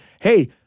hey